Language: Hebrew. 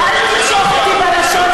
אל תמשוך אותי בלשון,